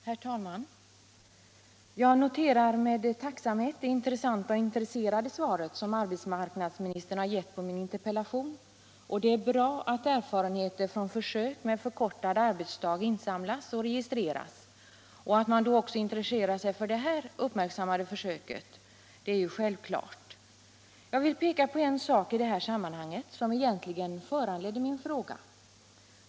Herr talman! Jag noterar med tacksamhet det intressanta och intresserade svar som arbetsmarknadsministern har gett på min interpellation. Det är bra att erfarenheter från försök med förkortad arbetsdag insamlas och registreras, och att man då också intresserar sig för det här uppmärksammade försöket är ju självklart. Jag vill peka på en sak i det här sammanhanget som egentligen föranledde min fråga.